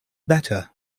better